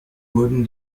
wurden